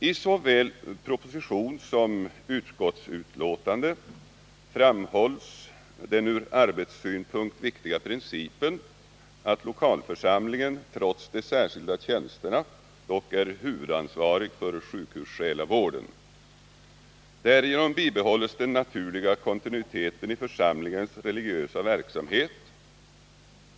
I såväl proposition som utskottsbetänkande framhålls den från arbetssynpunkt viktiga principen att lokalförsamlingen, trots de särskilda tjänsterna, dock är huvudansvarig för sjukhussjälavården. Därigenom bibehålls den naturliga kontinuiteten i församlingens religiösa verksamhet.